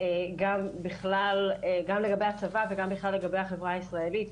גם לגבי הצבא וגם לגבי החברה הישראלית בכלל.